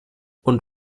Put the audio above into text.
und